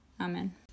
amen